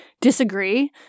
disagree